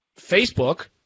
Facebook